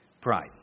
Pride